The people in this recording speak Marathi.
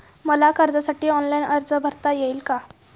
मला कर्जासाठी ऑनलाइन अर्ज भरता येईल का?